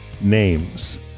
names